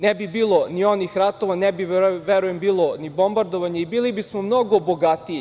Ne bi bilo ni onih ratova, ne bi, verujem, bilo ni bombardovanja i bili bismo mnogo bogatiji.